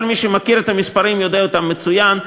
כל מי שמכיר את המספרים יודע אותם מצוין.